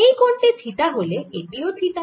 এই কোণ টি থিটা হলে এটিও থিটা